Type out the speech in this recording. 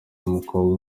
umukobwa